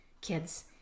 kids